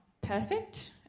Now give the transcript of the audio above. perfect